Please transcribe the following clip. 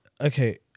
okay